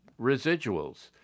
residuals